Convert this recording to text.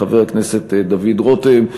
חבר הכנסת דוד רותם,